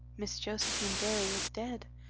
miss josephine barry is dead,